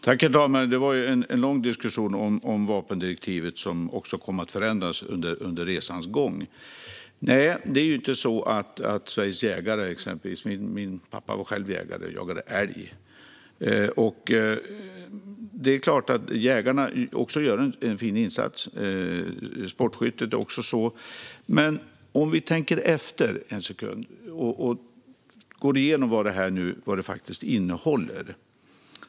Herr talman! Det var en lång diskussion om vapendirektivet, som också kom att förändras under resans gång. Min pappa var jägare, och han jagade älg. Jägarna gör också en fin insats. Det gäller även sportskyttar. Men låt oss tänka efter en sekund och gå igenom vad förslaget faktiskt innehåller.